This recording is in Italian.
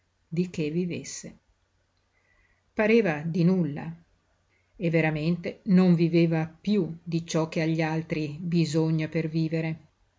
di che vivesse pareva di nulla e veramente non viveva piú di ciò che agli altri bisogna per vivere